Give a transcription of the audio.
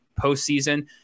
postseason